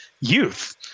youth